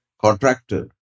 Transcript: contractor